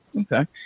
Okay